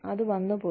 അത് വന്നു പോയി